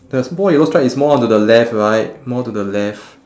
the small yellow stripe is more onto the left right more to the left